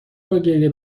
باگریه